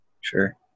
Sure